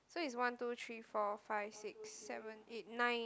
so it's one two three four five six seven eight nine